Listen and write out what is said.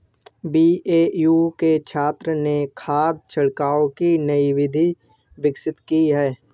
BAU के छात्रों ने खाद छिड़काव की नई विधि विकसित की है